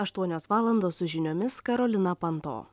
aštuonios valandos su žiniomis karolina panto